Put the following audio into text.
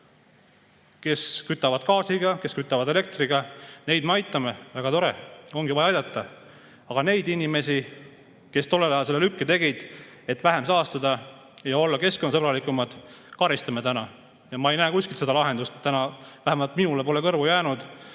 Kes kütavad gaasiga, kes kütavad elektriga, neid me aitame. Väga tore! Ongi vaja aidata. Aga neid inimesi, kes tollel ajal selle lükke tegid, et vähem saastada ja olla keskkonnasõbralikumad, me karistame täna. Ja ma ei näe kuskilt seda lahendust, vähemalt minule pole kõrvu jäänud,